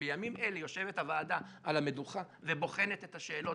בימים אלה יושבת הוועדה על המדוכה ובוחנת את השאלות